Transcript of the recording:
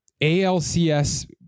ALCS